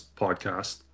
podcast